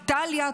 איטליה,